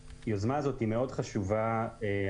היוזמה הזו בתשתיות אינטרנט היא מאוד חשובה ואנחנו